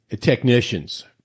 technicians